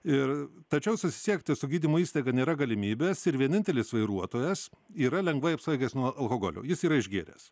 ir tačiau susisiekti su gydymo įstaiga nėra galimybės ir vienintelis vairuotojas yra lengvai apsvaigęs nuo alkoholio jis yra išgėręs